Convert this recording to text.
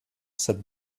said